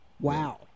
wow